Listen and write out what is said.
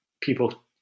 people